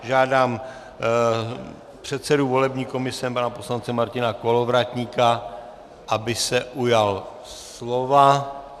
Žádám předsedu volební komise pana poslance Martina Kolovratníka, aby se ujal slova.